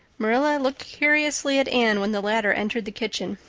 marilla looked curiously at anne when the latter entered the kitchen.